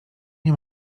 nie